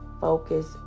focus